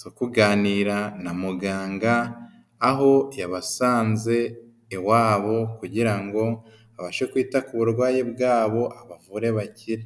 zo kuganira na muganga, aho yabasanze iwabo kugira ngo abashe kwita ku burwayi bwabo, abavure bakire.